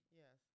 yes